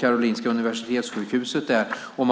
Karolinska universitetssjukhuset i Huddinge.